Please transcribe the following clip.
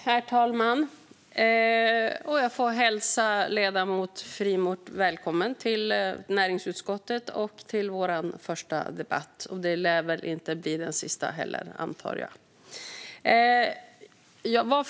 Herr talman! Jag får hälsa ledamoten Frimert välkommen till näringsutskottet och till vår första debatt - det lär inte bli den sista, antar jag.